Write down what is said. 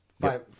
five